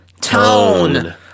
Tone